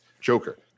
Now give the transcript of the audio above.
Joker